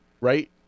right